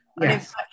Yes